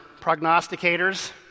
prognosticators